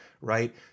right